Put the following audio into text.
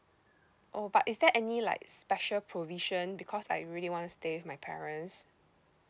oh but is there any like special provision because I really want to stay with my parents